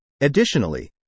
Additionally